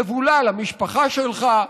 יבולע למשפחה שלך,